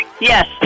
Yes